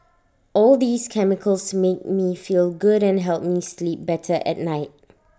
all these chemicals make me feel good and help me sleep better at night